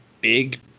big